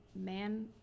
man